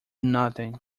nothing